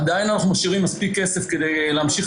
עדיין אנחנו משאירים מספיק כסף כדי להמשיך